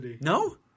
No